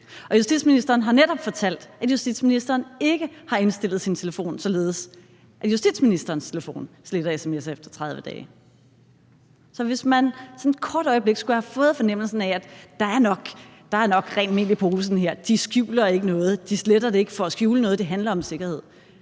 justitsministeren har netop fortalt, at justitsministeren ikke har indstillet sin telefon, således at justitsministerens telefon sletter sms'er efter 30 dage. Så hvis man sådan et kort øjeblik skulle have fået fornemmelsen af, at der nok er rent mel i posen her, at de ikke skjuler noget, at de ikke sletter det for at skjule noget, eller at det handler om sikkerhed,